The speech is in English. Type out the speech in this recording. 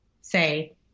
say